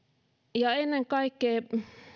ennen kaikkea